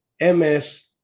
MS